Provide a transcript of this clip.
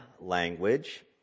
language